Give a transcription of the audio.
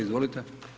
Izvolite.